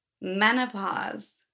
menopause